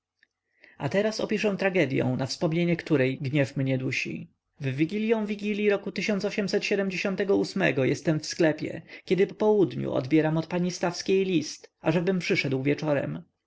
a teraz opiszę tragedyą na wspomnienie której gniew mnie dusi w wigilią wigilii r jestem w sklepie kiedy po południu odbieram od pani stawskiej list ażebym przyszedł wieczorem